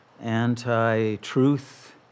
anti-truth